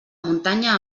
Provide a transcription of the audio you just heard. muntanya